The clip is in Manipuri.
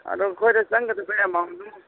ꯑꯗꯣ ꯑꯩꯈꯣꯏꯗ ꯆꯪꯒꯗꯕ ꯑꯦꯃꯥꯎꯟꯗꯨ